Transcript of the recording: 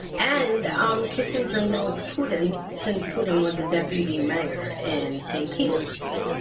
and um kissinger knows putin since putin was a deputy mayor in st. petersburg.